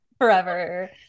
forever